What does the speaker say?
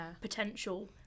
potential